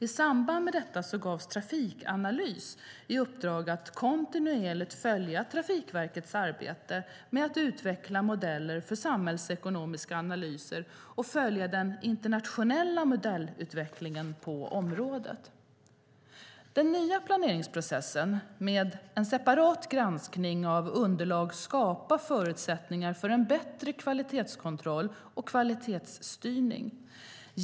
I samband med detta gavs Trafikanalys i uppdrag att kontinuerligt följa Trafikverkets arbete med att utveckla modeller för samhällsekonomiska analyser och följa den internationella modellutvecklingen på området. Den nya planeringsprocessen med en separat granskning av underlag skapar förutsättningar för en bättre kvalitetskontroll och kvalitetsstyrning.